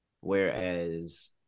Whereas